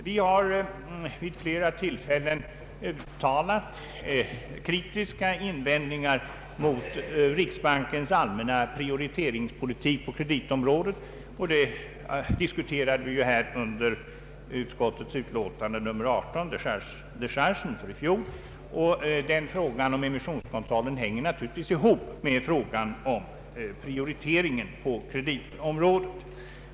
Vi har vid flera tillfällen uttalat kritiska synpunkter på riksbankens allmänna Pprioriteringspolitik på kreditområdet. Detta diskuterade vi nyss här i kammaren vid behandlingen av utskottets utlåtande nr 18, om ”dechargen”. Frågan om emissionskontrollen hänger naturligtvis ihop med frågan om prioriteringen på kreditområdet.